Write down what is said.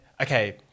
okay